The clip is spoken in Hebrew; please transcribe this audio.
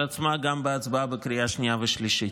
עצמה גם בהצבעה בקריאה שנייה ושלישית.